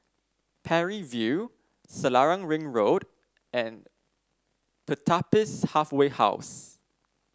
Parry View Selarang Ring Road and Pertapis Halfway House